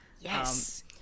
Yes